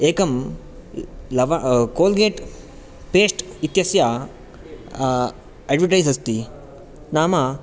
एकं love Colgate paste इत्यस्य advertise अस्ति नाम